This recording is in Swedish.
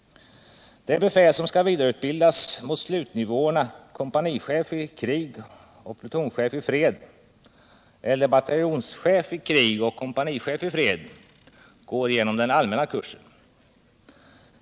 Det befäl som skall vidareutbildas mot slutnivåerna kompanichef i krig och plutonchef i fred eller bataljonschef i krig och kompanichef i fred går genom den allmänna kursen.